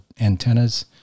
antennas